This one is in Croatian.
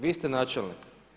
Vi ste načelnik.